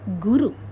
Guru